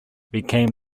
became